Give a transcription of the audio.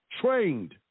trained